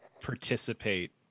participate